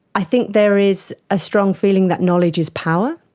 i think there is a strong feeling that knowledge is power,